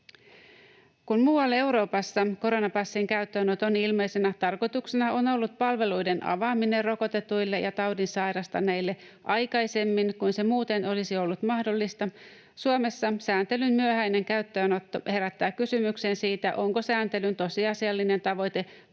Kun muualla Euroopassa koronapassin käyttöönoton ilmeisenä tarkoituksena on ollut palveluiden avaaminen rokotetuille ja taudin sairastaneille aikaisemmin kuin se muuten olisi ollut mahdollista, Suomessa sääntelyn myöhäinen käyttöönotto herättää kysymyksen siitä, onko sääntelyn tosiasiallinen tavoite painostaa